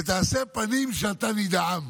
ותעשה פנים שאתה נדהם,